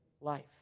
life